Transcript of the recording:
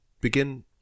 begin